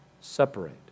separate